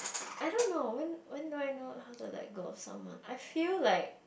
I don't know when when do I know how do like go out someone I feel like